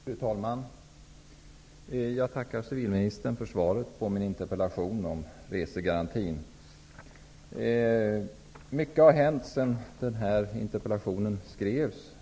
Fru talman! Jag tackar civilministern för svaret på min interpellation om resegarantin. Mycket har hänt sedan denna interpellation skrevs.